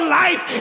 life